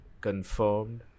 confirmed